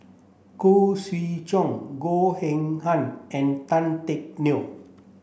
Khoo Swee Chiow Goh Eng Han and Tan Teck Neo